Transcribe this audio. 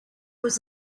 was